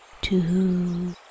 Two